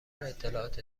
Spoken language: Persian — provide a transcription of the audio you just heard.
اطلاعات